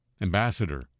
ambassador